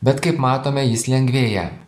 bet kaip matome jis lengvėja